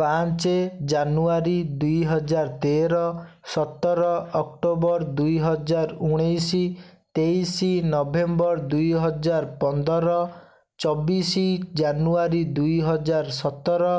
ପାଞ୍ଚ ଜାନୁଆରୀ ଦୁଇହଜାର ତେର ସତର ଅକ୍ଟୋବର ଦୁଇହଜାର ଉଣେଇଶ ତେଇଶି ନଭେମ୍ବର ଦୁଇହଜାର ପନ୍ଦର ଚବିଶ ଜାନୁଆରୀ ଦୁଇହଜାର ସତର